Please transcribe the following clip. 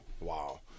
wow